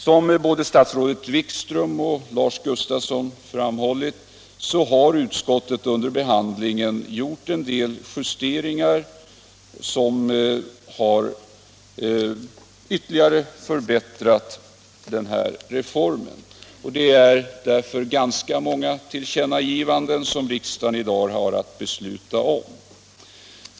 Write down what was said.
Som både statsrådet Wikström och Lars Gustafsson framhållit har utskottet under behandlingen gjort en del justeringar som ytterligare har förbättrat den här reformen. Det är därför ganska många tillkännagivanden som riksdagen i dag har att besluta om.